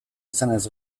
izanez